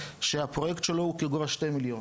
שהפרויקט שלו הוא בגובה 2 מיליון.